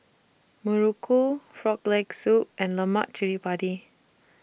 Muruku Frog Leg Soup and Lemak Cili Padi